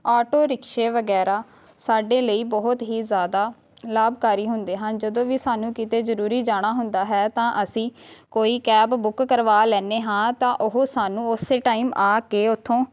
auto ਰਿਕਸ਼ੇ ਵਗੈਰਾ ਸਾਡੇ ਲਈ ਬਹੁਤ ਹੀ ਜ਼ਿਆਦਾ ਲਾਭਕਾਰੀ ਹੁੰਦੇ ਹਨ ਜਦੋਂ ਵੀ ਸਾਨੂੰ ਕਿਤੇ ਜ਼ਰੂਰੀ ਜਾਣਾ ਹੁੰਦਾ ਹੈ ਤਾਂ ਅਸੀਂ ਕੋਈ ਕੈਬ ਬੁੱਕ ਕਰਵਾ ਲੈਂਦੇ ਹਾਂ ਤਾਂ ਉਹ ਸਾਨੂੰ ਉਸੇ ਟਾਈਮ ਆ ਕੇ ਉੱਥੋਂ